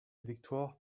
victoire